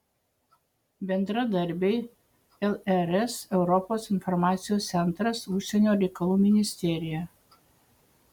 bendradarbiai lrs europos informacijos centras užsienio reikalų ministerija